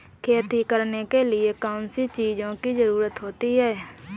खेती करने के लिए कौनसी चीज़ों की ज़रूरत होती हैं?